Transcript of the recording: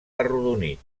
arrodonit